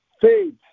Faith